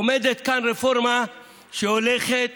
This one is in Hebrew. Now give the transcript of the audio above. עומדת כאן רפורמה שהולכת